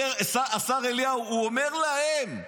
השר אליהו, הוא אומר להם.